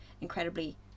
incredibly